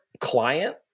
client